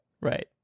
right